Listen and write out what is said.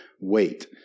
wait